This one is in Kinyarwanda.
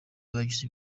bagize